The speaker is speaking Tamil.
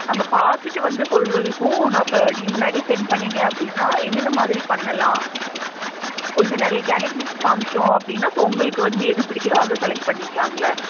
அங்கே பார்த்துட்டு வந்து சொல்கிறதுக்கும் நான் இப்போ நீங்கள் முன்னாடியே செண்ட் பண்ணீங்கள் அப்படின்னா என்னென்ன மாதிரி பண்ணலாம் கொஞ்சம் நிறையா கேட்டகரிஸ் காமிச்சோம் அப்படினா இப்போ உங்களுக்கு வந்து எது பிடிக்கிதோ அதை செலக்ட் பண்ணிக்கலாங்கல